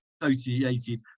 associated